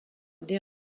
des